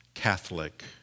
Catholic